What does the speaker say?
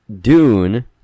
Dune